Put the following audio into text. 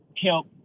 help